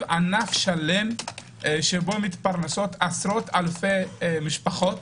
ענף שלם שבו מתפרנסות עשרות-אלפי משפחות